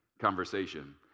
Conversation